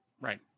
Right